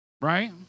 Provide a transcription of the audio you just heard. Right